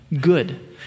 good